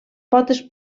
potes